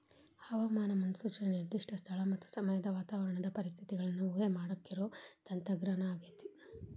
ಹವಾಮಾನ ಮುನ್ಸೂಚನೆ ನಿರ್ದಿಷ್ಟ ಸ್ಥಳ ಮತ್ತ ಸಮಯದ ವಾತಾವರಣದ ಪರಿಸ್ಥಿತಿಗಳನ್ನ ಊಹೆಮಾಡಾಕಿರೋ ತಂತ್ರಜ್ಞಾನ ಆಗೇತಿ